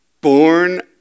born